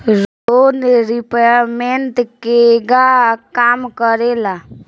Loan repayment केगा काम करेला?